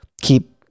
keep